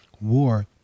war